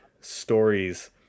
stories